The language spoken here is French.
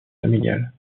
familiale